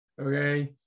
okay